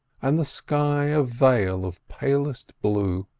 and the sky a veil of palest blue.